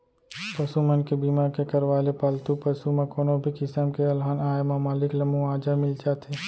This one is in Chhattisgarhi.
पसु मन के बीमा के करवाय ले पालतू पसु म कोनो भी किसम के अलहन आए म मालिक ल मुवाजा मिल जाथे